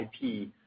IP